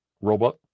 Robot